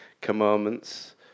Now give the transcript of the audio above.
Commandments